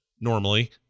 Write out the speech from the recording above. normally